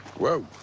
whoa.